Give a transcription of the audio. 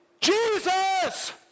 Jesus